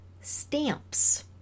stamps